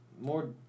more